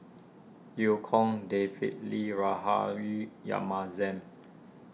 Eu Kong David Lee Rahayu Yamahzam